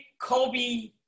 Kobe